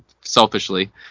selfishly